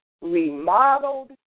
remodeled